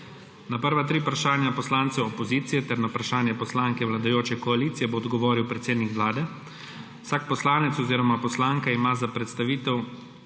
Na prva tri vprašanja poslancev opozicije ter na vprašanje poslanke vladajoče koalicije bo odgovoril predsednik Vlade. Vsak poslanec oziroma poslanka ima za postavitev